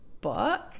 book